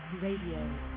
Radio